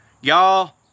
y'all